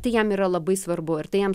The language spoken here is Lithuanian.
tai jam yra labai svarbu ir tai jam